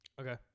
Okay